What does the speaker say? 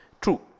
true